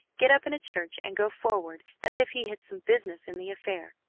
get up in a church and go forward as if he had some business in the affair.